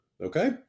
okay